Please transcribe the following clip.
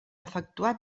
efectuar